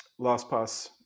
LastPass